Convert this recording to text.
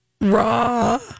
Raw